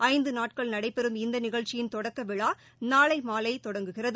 ஐந்து நாட்கள் நடைபெறும் இந்த நிகழ்ச்சியின் தொடக்க விழா நாளை மாலை தொடங்குகிறது